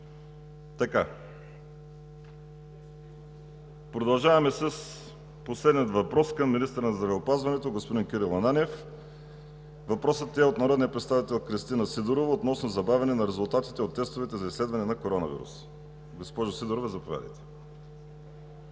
Продължаваме с последния въпрос към министъра на здравеопазването – господин Кирил Ананиев. Той е от народния представител Кристина Сидорова относно забавяне на резултатите от тестовете за изследване на коронавирус. Госпожо Сидорова, заповядайте.